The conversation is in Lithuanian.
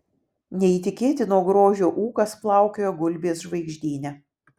neįtikėtino grožio ūkas plaukioja gulbės žvaigždyne